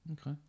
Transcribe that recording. Okay